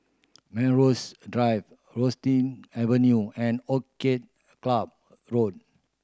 Melrose Drive Rosything Avenue and Orchid Club Road